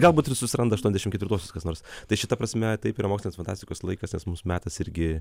galbūt ir susiranda aštuoniasdešimt ketvirtuosius kas nors tai šita prasme taip yra mokslinės fantastikos laikas nes mums metas irgi